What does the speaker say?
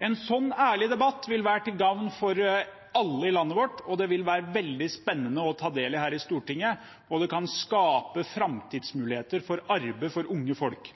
En slik ærlig debatt vil være til gagn for alle i landet vårt. Det vil være veldig spennende å ta del i her i Stortinget, og det kan skape framtidsmuligheter for arbeid for unge folk